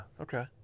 Okay